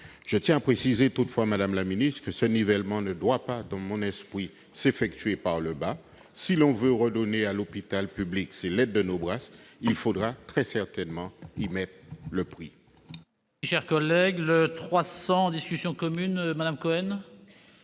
Je tiens à préciser, toutefois, madame la ministre, que ce nivellement ne doit pas, dans mon esprit, s'effectuer par le bas. Si l'on veut redonner à l'hôpital public ses lettres de noblesse, il faudra très certainement y mettre le prix. L'amendement n° 300, présenté par Mmes Cohen,